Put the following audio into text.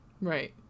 Right